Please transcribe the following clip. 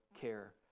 care